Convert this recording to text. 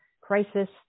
crisis